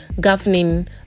governing